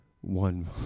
one